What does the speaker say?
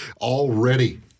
already